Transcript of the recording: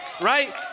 right